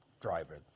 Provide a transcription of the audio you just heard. driver